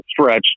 stretch